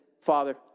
Father